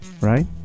Right